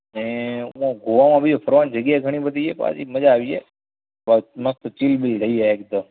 ને આમ ગોવામાં બી ફરવાની જગ્યા ઘણી બધી છે પાછી મજા આવી જાય મસ્ત ચિલ બિલ થઈ જાય એકદમ